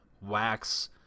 wax